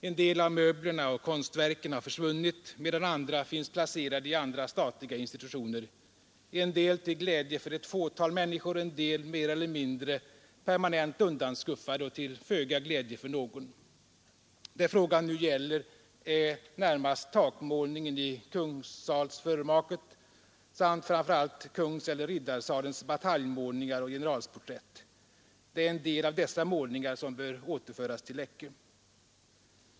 En del av möblerna och konstverken har försvunnit medan andra finns placerade i andra statliga institutioner, en del till glädje för ett fåtal människor och en del mer eller mindre permanent undanskuffade och till föga glädje för någon. Det frågan nu gäller är närmast takmålningen i Kungsalsförmaket samt Kungseller riddarsalens bataljmålningar och generalsporträtt. Det är en del av dessa målningar som bör återföras till Läckö.